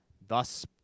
Thus